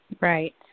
Right